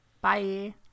Bye